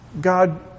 God